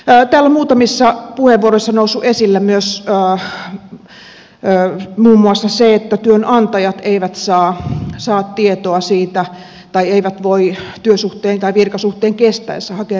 täällä on muutamissa puheenvuoroissa noussut esille myös muun muassa se että työnantajat eivät saa tietoa tai eivät voi työsuhteen tai virkasuhteen kestäessä hakea rikosrekisteriotetta